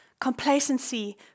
complacency